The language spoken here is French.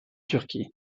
turquie